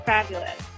Fabulous